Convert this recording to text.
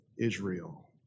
Israel